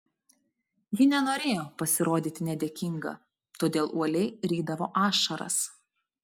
ji nenorėjo pasirodyti nedėkinga todėl uoliai rydavo ašaras